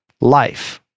life